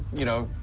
you know,